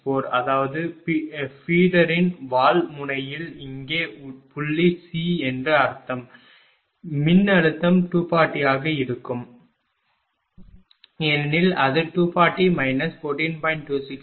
264 அதாவது ஃபீடரின் வால் முனையில் இங்கே புள்ளி C என்று அர்த்தம் மின்னழுத்தம் 240 ஆக இருக்கும் ஏனெனில் அது 240 14